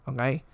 Okay